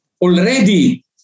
already